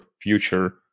future